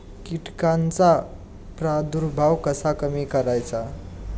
कीटकांचा प्रादुर्भाव कसा कमी करायचा?